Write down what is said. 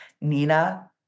Nina